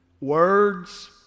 Words